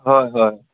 হয় হয়